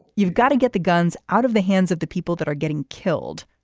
you've got to get the guns out of the hands of the people that are getting killed,